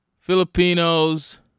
Filipinos